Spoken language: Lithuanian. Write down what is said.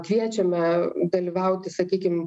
kviečiame dalyvauti sakykim